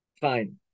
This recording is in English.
Fine